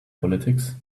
politics